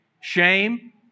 Shame